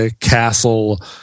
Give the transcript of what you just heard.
castle